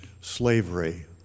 slavery